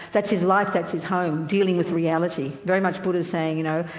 that's his life, that's his home dealing with reality. very much buddha saying, you know,